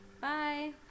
Bye